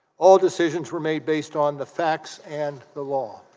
all decisions were made based on the facts and the wall